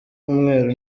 umweru